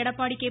Edappadi K